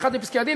באחד מפסקי-הדין,